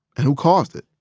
and who caused it?